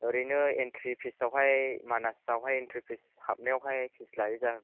ओरैनो इन्ट्रि फिसाव हाय मानासावहाय इन्ट्रि फिसाव हाबनायाव हाय इन्ट्रि फिस